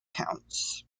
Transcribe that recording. counts